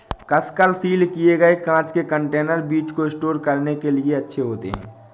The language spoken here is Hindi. कसकर सील किए गए कांच के कंटेनर बीज को स्टोर करने के लिए अच्छे होते हैं